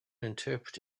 interpret